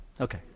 Okay